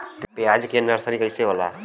प्याज के नर्सरी कइसे होला?